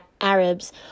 Arabs